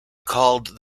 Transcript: called